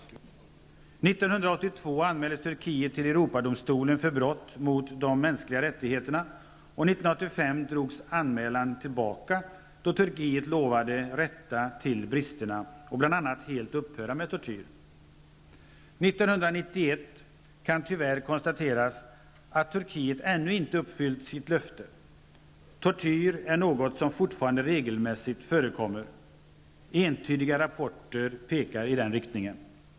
År 1982 anmäldes Turkiet till Europadomstolen för brott mot de mänskliga rättigheterna. År 1985 drogs anmälan tillbaka, då Turkiet lovade rätta till bristerna och bl.a. helt upphöra med tortyr. År 1991 kan det tyvärr konstateras att Turkiet ännu inte har uppfyllt sitt löfte. Tortyr är något som fortfarande regelmässigt förekommer i Turkiet. Entydiga rapporter pekar i denna riktning.